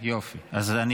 אני אקשיב.